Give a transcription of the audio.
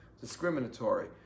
discriminatory